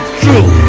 true